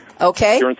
Okay